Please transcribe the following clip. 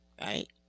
right